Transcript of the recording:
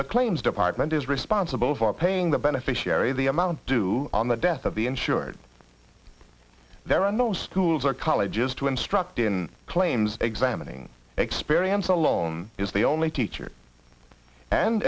the claims department is responsible for paying the beneficiary the amount due on the death of the insured there are no schools or colleges to instruct in claims examining experience alone is the only teacher and